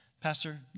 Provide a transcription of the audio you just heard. pastor